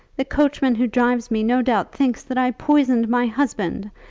the coachman who drives me no doubt thinks that i poisoned my husband,